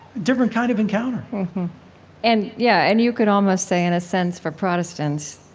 different kind of encounter and yeah, and you could almost say, in a sense for protestants,